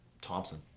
Thompson